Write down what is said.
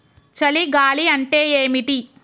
చలి గాలి అంటే ఏమిటి?